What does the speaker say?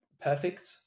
perfect